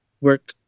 work